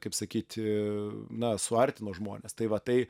kaip sakyt na suartino žmones tai va tai